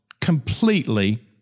completely